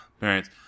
parents